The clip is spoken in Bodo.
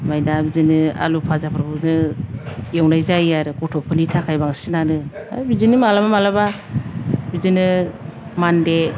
ओमफाय दा बिदिनो आलु फाजा फोरखौनो एवनाय जायो आरो गथ'फोरनि थाखाय बांसिनानो आर बिदिनो मालाबा मालाबा बिदिनो मानदे